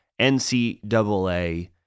NCAA